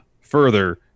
further